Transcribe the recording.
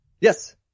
Yes